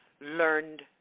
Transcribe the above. learned